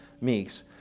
Meeks